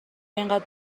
اینقدر